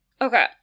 Okay